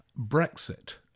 Brexit